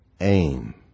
aim